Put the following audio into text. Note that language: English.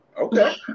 Okay